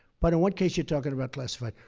but in one case you're talking about classified.